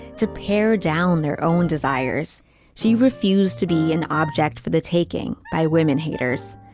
to pare down their own desires she refused to be an object for the taking by women haters.